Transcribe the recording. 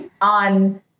on